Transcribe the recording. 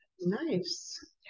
Nice